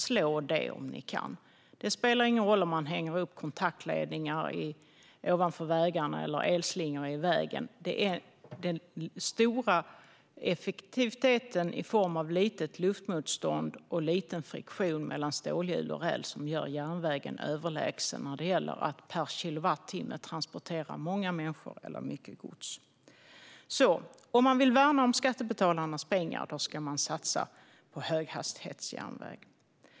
Slå det om ni kan! Det spelar ingen roll om man hänger upp kontaktledningar ovanför vägarna eller lägger elslingor i vägen; den stora effektiviteten i form av litet luftmotstånd och liten friktion mellan stålhjul och räls är vad som gör järnvägen överlägsen när det gäller att per kilowattimme transportera många människor eller mycket gods. Om man vill värna om skattebetalarnas pengar ska man alltså satsa på höghastighetsjärnväg.